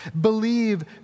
Believe